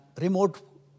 remote